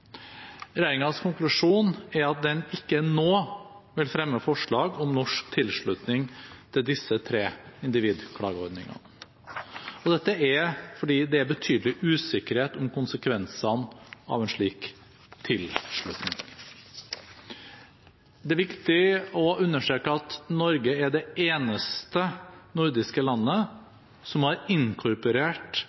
Regjeringens konklusjon er at den ikke nå vil fremme forslag om norsk tilslutning til disse tre individklageordningene – dette fordi det er betydelig usikkerhet om konsekvensene av en slik tilslutning. Det er viktig å understreke at Norge er det eneste nordiske landet som har